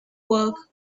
work